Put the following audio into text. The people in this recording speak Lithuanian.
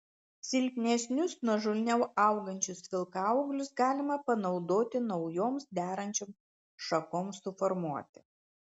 silpnesnius nuožulniau augančius vilkaūglius galima panaudoti naujoms derančioms šakoms suformuoti